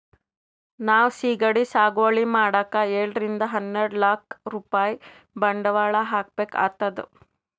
ನಾವ್ ಸಿಗಡಿ ಸಾಗುವಳಿ ಮಾಡಕ್ಕ್ ಏಳರಿಂದ ಹನ್ನೆರಡ್ ಲಾಕ್ ರೂಪಾಯ್ ಬಂಡವಾಳ್ ಹಾಕ್ಬೇಕ್ ಆತದ್